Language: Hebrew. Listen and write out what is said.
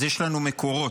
אז יש לנו מקורות.